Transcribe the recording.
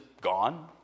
gone